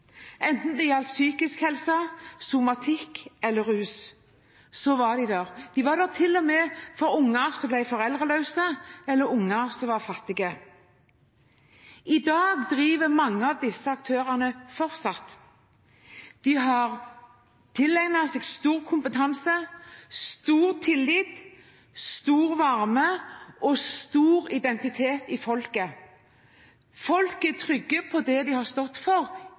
Enten det gjaldt psykisk helse, somatikk eller rus, så var de der. De var der til og med for unger som ble foreldreløse, eller unger som var fattige. I dag driver mange av disse aktørene fortsatt. De har tilegnet seg stor kompetanse, stor tillit, stor varme og stor identitet i folket. Folk er trygge på det de har stått for